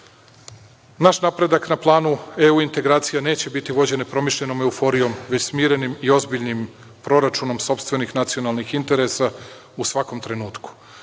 Naš napredak na planu EU integracija neće biti vođen nepromišljenom euforijom već primerenim i ozbiljnim proračunom sopstvenih nacionalnih interesa u svakom trenutku.